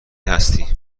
هستی